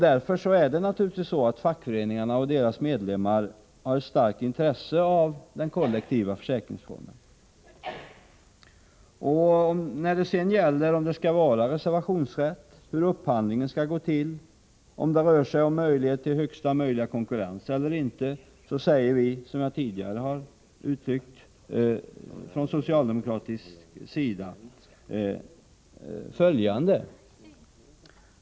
Därför har naturligtvis fackföreningarna och deras medlemmar ett starkt intresse för den kollektiva försäkringsformen. När det sedan gäller reservationsrätt, upphandling, största möjliga konkurrens eller inte säger vi, som nämnts, från socialdemokratisk sida följande.